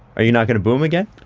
are you not gonna boo him again?